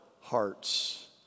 hearts